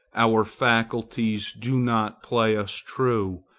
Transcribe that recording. our faculties do not play us true,